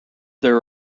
there